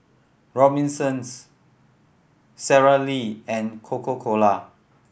Robinsons Sara Lee and Coca Cola